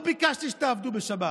לא ביקשתי שתעבדו בשבת,